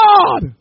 God